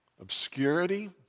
obscurity